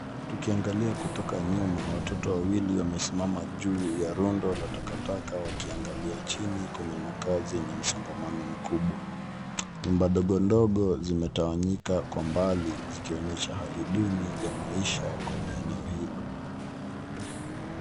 Tukiangalia kutoka nyuma, watoto wawili wamesimama juu ya rundo la takataka wakiangalia chini kwenye makazi yenye msongamano mkubwa. Nyumba ndogo ndogo zimetawanyika kwa mbali zikionyesha hali duni ya maisha kwenye eneo hilo.